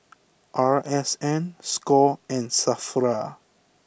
R S N score and Safra